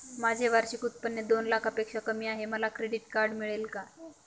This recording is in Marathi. माझे वार्षिक उत्त्पन्न दोन लाखांपेक्षा कमी आहे, मला क्रेडिट कार्ड मिळेल का?